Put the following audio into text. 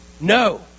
No